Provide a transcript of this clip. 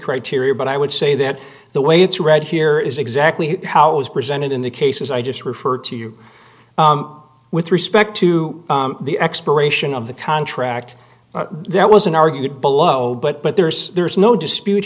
criteria but i would say that the way it's read here is exactly how it was presented in the cases i just referred to you with respect to the expiration of the contract that was in argued below but there's there's no dispute